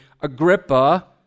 Agrippa